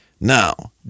Now